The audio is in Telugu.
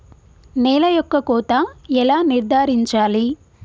నేల యొక్క కోత ఎలా నిర్ధారించాలి?